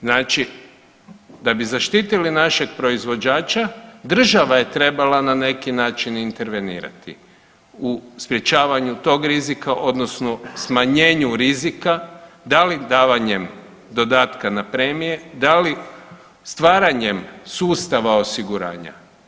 Znači da bi zaštitili našeg proizvođača država je trebala na neki način intervenirati u sprječavanju tog rizika odnosno smanjenju rizika da li davanjem dodatka na premije, da li stvaranjem sustava osiguranja.